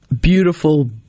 beautiful